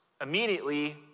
immediately